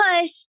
push